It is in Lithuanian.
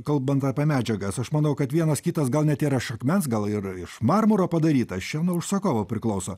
kalbant apie medžiagas aš manau kad vienas kitas gal net yra iš akmens gal ir iš marmuro padarytas čia nuo užsakovo priklauso